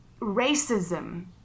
racism